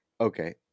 Okay